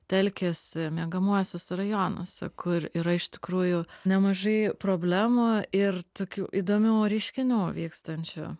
telkiasi miegamuosiuose rajonuose kur yra iš tikrųjų nemažai problemų ir tokių įdomių reiškinių vykstančių